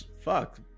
Fuck